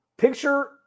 Picture